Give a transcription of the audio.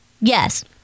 yes